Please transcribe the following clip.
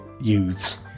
youths